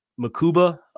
Makuba